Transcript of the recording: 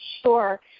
Sure